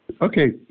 Okay